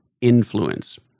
influence